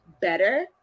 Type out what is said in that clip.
better